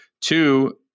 Two